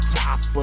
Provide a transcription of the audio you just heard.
top